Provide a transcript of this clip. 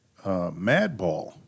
Madball